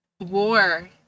war